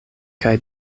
kaj